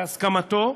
בהסכמתו,